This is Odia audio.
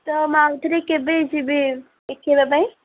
ତ ମୁଁ ଆଉ ଥରେ କେବେ ଯିବି ଦେଖାଇବା ପାଇଁ